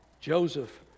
Joseph